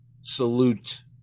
salute